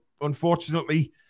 unfortunately